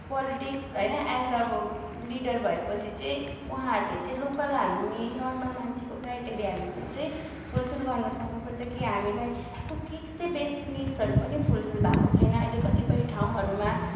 politics होइन as अब leader भएपछि चाहिँ उहाँहरूले चाहिँ लोकल हामी नर्मल मान्छेको क्राइटेरियाहरूलाई चाहिँ फुलफिल गर्न सक्नुपर्छ कि हामीलाई को के के चाहिँ बेसिक निड्सहरू पनि फुलफिल भएको छैन अहिले कतिपय ठाउँहरूमा